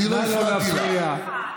אני לא הפרעתי לך.